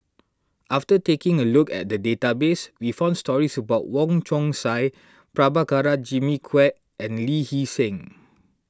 after taking a look at the database we found stories about Wong Chong Sai Prabhakara Jimmy Quek and Lee Hee Seng